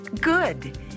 Good